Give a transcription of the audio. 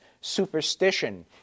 superstition